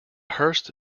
hurst